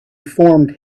formed